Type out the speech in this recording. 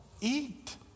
Eat